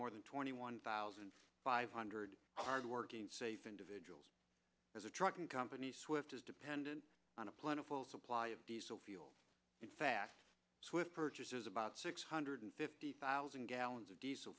more than twenty one thousand five hundred hardworking safe individuals as a trucking company swift is dependent on a plentiful supply of diesel fuel and fast swift purchases about six hundred fifty thousand gallons of diesel